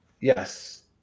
Yes